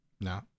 No